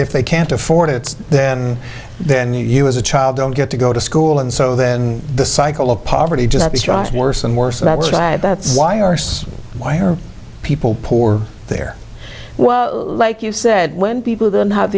if they can't afford it then then you as a child don't get to go to school and so then the cycle of poverty just worse and worse and that's why arse why are people poor there like you said when people don't have